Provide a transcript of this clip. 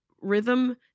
rhythm